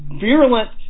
virulent